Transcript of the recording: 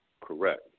Correct